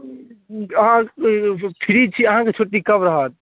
अहाँसब ठीक छी अहाँके छुट्टी कब रहत